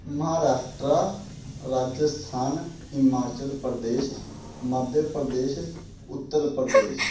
Maharashtra Rajasthan Himachal Pradesh Madhya Pradesh Uttar Pradesh